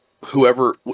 whoever